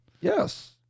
yes